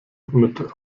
mit